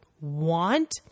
want